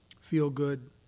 feel-good